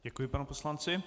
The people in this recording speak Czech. Děkuji panu poslanci.